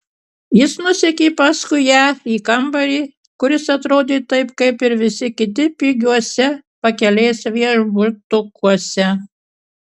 jis nusekė paskui ją į kambarį kuris atrodė taip kaip ir visi kiti pigiuose pakelės viešbutukuose